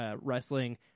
wrestling